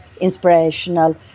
inspirational